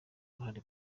uruhare